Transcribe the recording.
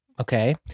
Okay